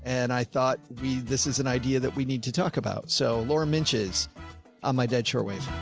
and i thought we, this is an idea that we need to talk about. so laura menches on my dead short wave.